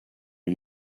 are